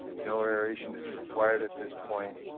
no aeration is required at this point.